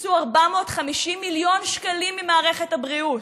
קיצצו 450 מיליון שקלים ממערכת הבריאות.